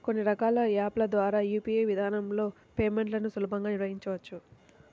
కొన్ని రకాల యాప్ ల ద్వారా యూ.పీ.ఐ విధానంలో పేమెంట్లను సులభంగా నిర్వహించవచ్చు